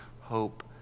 hope